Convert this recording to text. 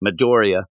Midoriya